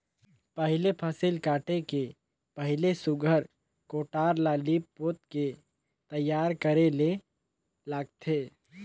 पहिले फसिल काटे के पहिले सुग्घर कोठार ल लीप पोत के तइयार करे ले लागथे